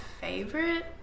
favorite